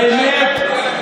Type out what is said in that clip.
באמת,